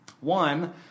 One